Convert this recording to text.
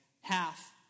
half